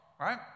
right